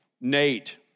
Nate